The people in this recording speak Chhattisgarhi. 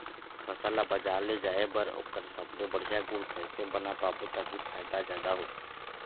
फसल ला बजार ले जाए बार ओकर सबले बढ़िया गुण कैसे बना पाबो ताकि फायदा जादा हो?